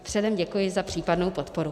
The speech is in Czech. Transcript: Předem děkuji za případnou podporu.